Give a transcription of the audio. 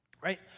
right